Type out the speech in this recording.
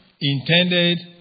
Intended